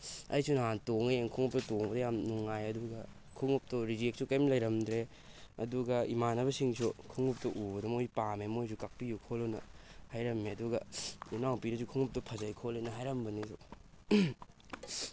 ꯑꯩꯁꯨ ꯅꯍꯥꯟ ꯇꯣꯡꯉ ꯌꯦꯡꯉꯦ ꯈꯣꯡꯉꯨꯞꯇꯨ ꯇꯣꯡꯕꯗ ꯌꯥꯝ ꯅꯨꯡꯉꯥꯏ ꯑꯗꯨꯒ ꯈꯣꯡꯉꯨꯞꯇꯨ ꯔꯤꯖꯦꯛꯁꯨ ꯀꯩꯝ ꯂꯩꯔꯝꯗ꯭ꯔꯦ ꯑꯗꯨꯒ ꯏꯃꯥꯟꯅꯕꯁꯤꯡꯁꯨ ꯈꯣꯡꯉꯨꯞꯇꯨ ꯎꯕꯗ ꯃꯣꯏ ꯄꯥꯝꯃꯦ ꯃꯣꯏꯁꯨ ꯀꯛꯄꯤꯌꯨ ꯈꯣꯠꯂꯨꯅ ꯍꯥꯏꯔꯝꯃꯦ ꯑꯗꯨꯒ ꯏꯅꯥꯎꯄꯤꯅꯁꯨ ꯈꯣꯡꯉꯨꯞ ꯐꯖꯩ ꯈꯣꯠꯂꯤꯅ ꯍꯥꯏꯔꯝꯕꯅꯤ ꯑꯗꯨ